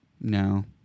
No